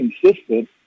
consistent